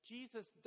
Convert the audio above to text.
Jesus